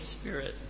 Spirit